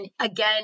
again